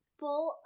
full